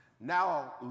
Now